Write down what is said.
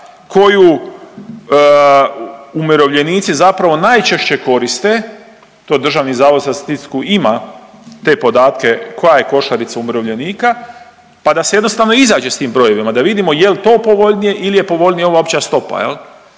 koju umirovljenici zapravo najčešće koristi, to Državni zavod za statistiku ima te podatke koja je košarica umirovljenika pa da se jednostavno izađe s tim brojevima, da vidimo je li to povoljnije ili je povoljnije ova opća stopa.